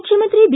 ಮುಖ್ಯಮಂತ್ರಿ ಬಿ